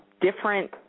different